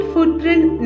Footprint